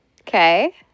Okay